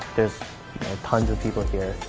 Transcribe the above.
there's tons of people here.